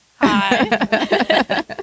Hi